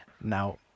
Now